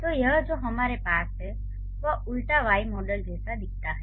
तो यह जो हमारे पास है वह उलटा वाई मॉडल जैसा दिखता है